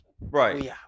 Right